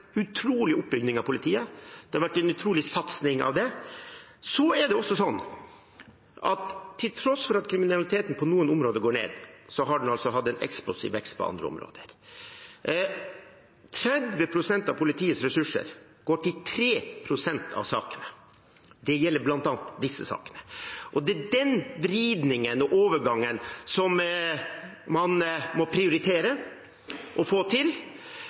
utrolig oppbygging av politiet, det har vært en utrolig satsing på det. Så er det slik at til tross for at kriminaliteten på noen områder går ned, har den hatt en eksplosiv vekst på andre områder. 30 pst. av politiets ressurser går til 3 pst. av sakene. Det gjelder bl.a. disse sakene. Det er den vridningen og overgangen som man må prioritere å få til,